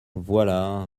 voilà